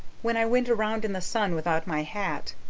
when i went around in the sun without my hat.